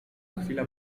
chwila